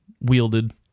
wielded